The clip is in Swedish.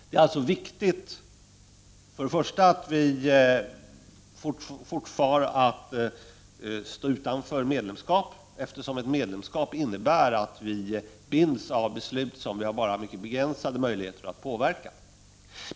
Det är alltså för det första viktigt att vi fortfar att stå utanför medlemskap, eftersom ett medlemskap innebär att vi binds av beslut som vi har mycket begränsade möjligheter att påverka.